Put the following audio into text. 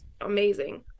amazing